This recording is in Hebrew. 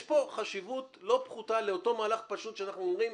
יש פה חשיבות לא פחותה לאותו מהלך פשוט שאנחנו אומרים,